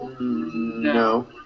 No